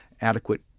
Adequate